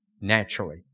naturally